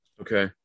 Okay